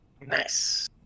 Nice